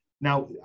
Now